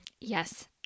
Yes